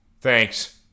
Thanks